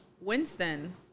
Winston